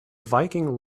viking